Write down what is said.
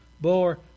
bore